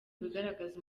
bigaragaza